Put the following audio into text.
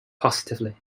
positively